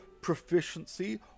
proficiency